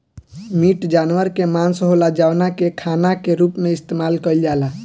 meat जानवर के मांस होला जवना के खाना के रूप में इस्तेमाल कईल जाला